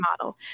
model